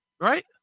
right